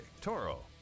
Toro